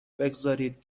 بگذارید